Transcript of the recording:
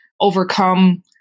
overcome